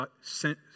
sent